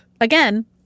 again